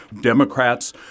Democrats